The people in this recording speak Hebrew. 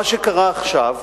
מה שקרה עכשיו,